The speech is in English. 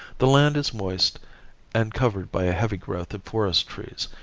the land is moist and covered by a heavy growth of forest trees,